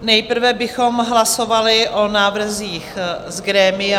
Nejprve bychom hlasovali o návrzích z grémia.